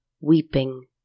weeping